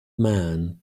man